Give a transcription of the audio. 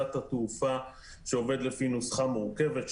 יש צוות במשלט התעופה שעובד לפי נוסחה מורכבת,